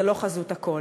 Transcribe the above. זה לא חזות הכול.